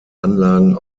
anlagen